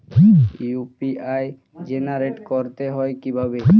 UPI generate করতে হয় কিভাবে?